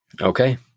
Okay